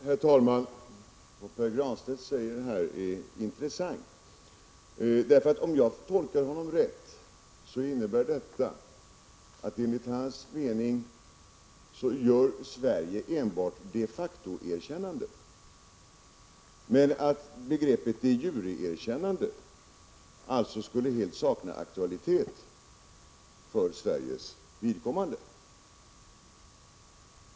Herr talman! Det Pär Granstedt säger här är intressant. Om jag tolkade honom rätt innebär detta att Sverige, enligt hans mening, enbart gör de facto-erkännanden och att begreppet de jure-erkännande alltså helt skulle sakna aktualitet för Sveriges vidkommande.